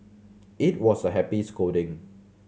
it was a happy scolding